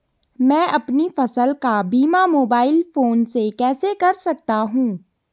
मैं अपनी फसल का बीमा मोबाइल फोन से कैसे कर सकता हूँ?